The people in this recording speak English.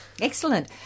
Excellent